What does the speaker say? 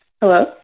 Hello